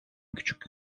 küçük